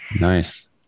Nice